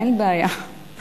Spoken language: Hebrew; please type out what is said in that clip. אין בעיה.